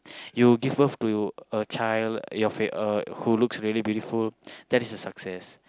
you give birth to you a child your fill uh who looks very beautiful that is a success